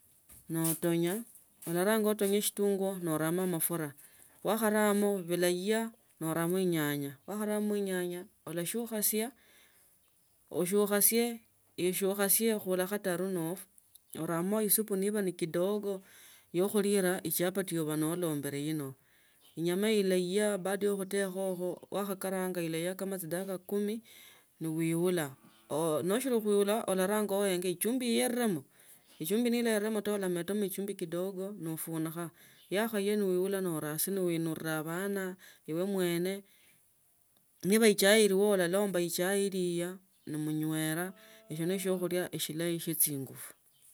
Naatonya ularanga utanye eshitungu noramo amafura wakharamo bila iya noramo inyanya. Wakharamo inyanya olashukhasia ashukhasia oshukhasie oshukhasie khuola khatano no oramo isupu niba ni kidogo yekhulira echapati oba nolembile ino inyama ilai ya baada ya khutekha ikho wa khakaranga ilaiya kama chidakika kumi no wiala. Nashiri khuila ularanga uenge chumvi ienemo chumi nesi eremo ulametamo echumbi kidogo nofunikha ya khaiya ne winula noraasi newinura bana ibe mwene niba echai ilio ulalomba echai ilya namnywera eshina shiokhulea shilayi shia chingafu.